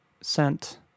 sent